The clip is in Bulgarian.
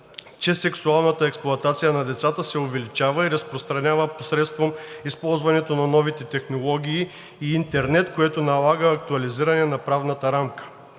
че сексуалната експлоатация на децата се увеличава и разпространява посредством използването на новите технологии и интернет, което налага актуализиране на правната рамка.